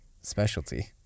specialty